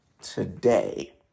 today